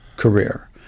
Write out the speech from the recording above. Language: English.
career